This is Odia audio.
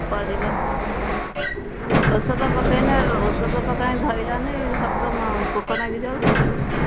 ପରିବା ଔଷଧ ପକେଇନେ ଔଷଧ ତ କାଇଁ ଧଇଲା ନି ସବୁ ତ ମ ପୋକ ନାଗିଯାଉଛି ଆଉ